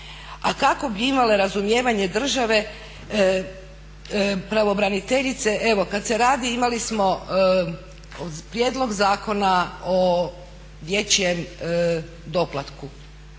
A kako bi imale razumijevanje države pravobraniteljice kada se radi, imali smo prijedlog Zakona o dječjem doplatku,